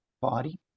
Body